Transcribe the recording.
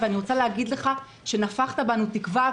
ואני רוצה להגיד לך שנפחת בנו תקווה.